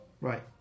right